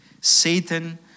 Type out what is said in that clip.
Satan